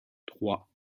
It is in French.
trois